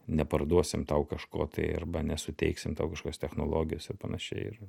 neparduosim tau kažko tai arba nesuteiksim tau kažkokios technologijos ir panašiai ir